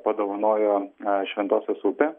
padovanojo šventosios upė